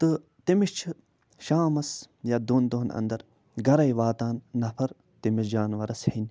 تہٕ تٔمِس چھِ شامَس یا دۄن دۄہَن اَنٛدَر گَرَے واتان نفر تٔمِس جانوَرَس ہیٚنہِ